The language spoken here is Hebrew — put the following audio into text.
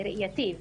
ראייתי,